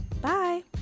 Bye